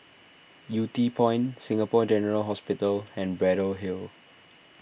Yew Tee Point Singapore General Hospital and Braddell Hill